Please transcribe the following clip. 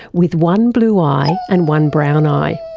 with one blue eye and one brown eye.